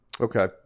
Okay